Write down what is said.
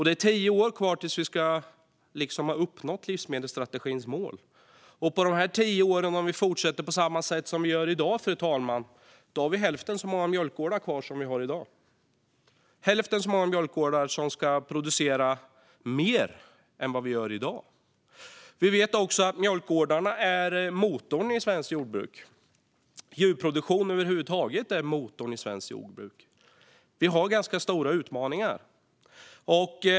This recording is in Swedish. Det är tio år kvar tills vi ska ha uppnått livsmedelsstrategins mål. Och efter de tio åren, om vi fortsätter på samma sätt som vi gör i dag, fru talman, har vi hälften så många mjölkgårdar kvar som vi har i dag. Hälften så många mjölkgårdar ska då producera mer än vad de gör som finns i dag. Vi vet också att mjölkgårdarna är motorn i svenskt jordbruk. Djurproduktion över huvud taget är motorn i svenskt jordbruk. Vi har ganska stora utmaningar.